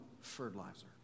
fertilizer